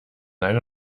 einer